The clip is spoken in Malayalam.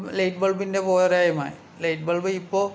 ലൈറ്റ് ബൾബിൻ്റെ പോരായ്മ ലൈറ്റ് ബൾബ് ഇപ്പോൾ